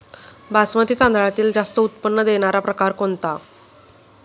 बासमती तांदळातील जास्त उत्पन्न देणारा प्रकार कोणता?